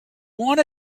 want